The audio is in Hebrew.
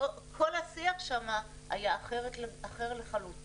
כל השיח שם היה אחר לחלוטין.